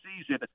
season –